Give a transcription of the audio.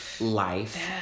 life